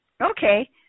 Okay